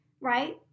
right